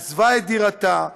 עזבה את דירתה,